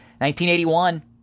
1981